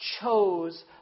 chose